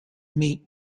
meet